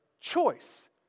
choice